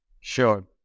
sure